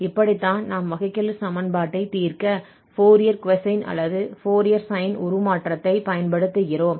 இப்படித்தான் நாம் வகைக்கெழு சமன்பாட்டைத் தீர்க்க ஃபோரியர் கொசைன் அல்லது ஃபோரியர் சைன் உருமாற்றத்தைப் பயன்படுத்துகிறோம்